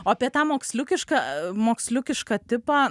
o apie tą moksliukišką moksliukišką tipą